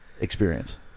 experience